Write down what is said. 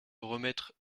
remettre